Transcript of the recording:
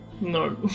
no